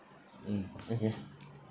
mm okay